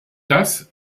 das